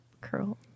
curl